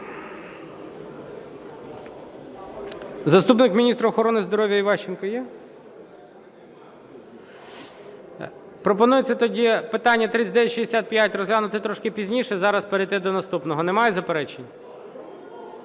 Заступник міністра охорони здоров'я Іващенко є? Пропонується тоді питання 3965 розглянути трошки пізніше, зараз перейти до наступного. Немає заперечень?